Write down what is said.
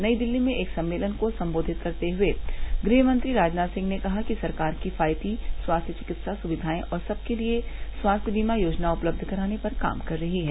नई दिल्ली में एक सम्मेलन को संबोधित करते हुए गृहमंत्री राजनाथ सिंह ने कहा कि सरकार किफायती स्वास्थ विकित्सा सुविवाएं और सबके लिए स्वास्थ बीमा योजना उपलब्ध कराने पर काम कर रही है